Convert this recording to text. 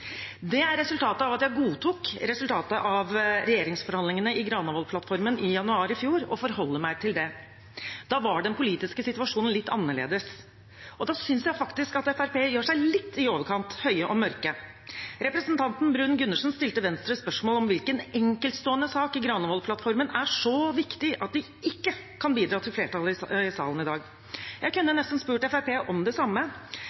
Det er resultatet av at jeg godtok resultatet av regjeringsforhandlingene om Granavolden-plattformen i januar i fjor, og forholder meg til det. Da var den politiske situasjonen litt annerledes. Da synes jeg faktisk at Fremskrittspartiet gjør seg litt i overkant høye og mørke. Representanten Bruun-Gundersen stilte Venstre et spørsmål om hvilken enkeltstående sak i Granavolden-plattformen som er så viktig at de ikke kan bidra til flertallet i salen i dag. Jeg kunne nesten spurt Fremskrittspartiet om det samme.